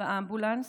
באמבולנס